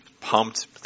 Pumped